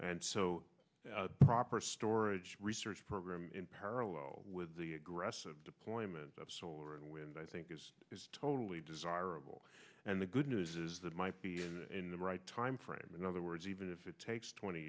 and so proper storage research program in parallel with the aggressive deployment of solar and wind i think is totally desirable and the good news is that might be in the right timeframe in other words even if it takes twenty